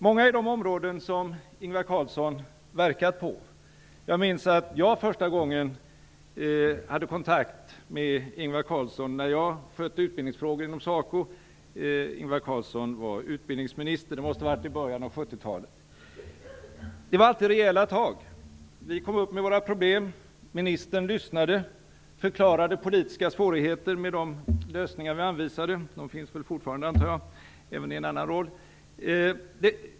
Många är de områden som Ingvar Carlsson verkat på. Jag minns första gången som jag hade kontakt med Ingvar Carlsson - jag skötte då utbildningsfrågor inom SACO och Ingvar talet. Det var alltid rejäla tag. Vi kom upp till departementet med våra problem. Ministern lyssnade och förklarade politiska svårigheter med de lösningar som vi anvisade, svårigheter som jag antar fortfarande finns även i en annan roll.